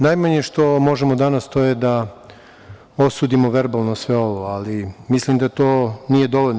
Najmanje što možemo danas to je da osudimo verbalno sve ovo, ali mislim da to nije dovoljno.